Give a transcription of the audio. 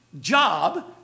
job